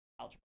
algebra